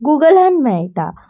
गुगलान मेळटा